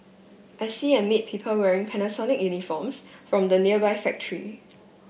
I see and meet people wearing Panasonic uniforms from the nearby factory